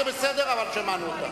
קריאה זה בסדר, אבל שמענו אותה.